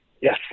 Yes